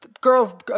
girl